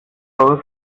roll